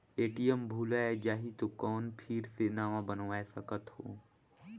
ATM भुलाये जाही तो कौन फिर से नवा बनवाय सकत हो का?